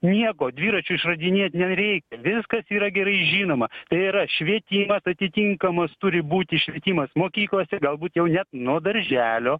nieko dviračio išradinėt nereikia viskas yra gerai žinoma tai yra švietimas atitinkamas turi būti švietimas mokyklose galbūt jau net nuo darželio